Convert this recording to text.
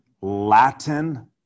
Latin